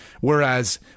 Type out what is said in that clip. Whereas